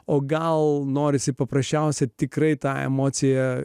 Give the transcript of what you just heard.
o gal norisi paprasčiausiai tikrai tą emociją